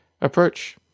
approach